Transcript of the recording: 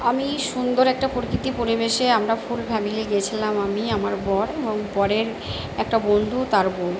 আমি সুন্দর একটা প্রকৃতি পরিবেশে আমরা ফুল ফ্যামিলি গিয়েছিলাম আমি আমার বর এবং বরের একটা বন্ধু তার বৌ